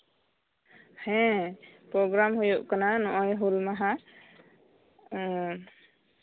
ᱦᱮᱸ ᱯᱨᱳᱜᱨᱟᱢ ᱦᱩ ᱩᱜ ᱠᱟᱱᱟ ᱱᱚᱜᱼᱚᱭ ᱦᱩᱞᱢᱟᱦᱟ ᱩᱸ